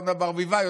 אורנה ברביבאי,